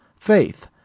faith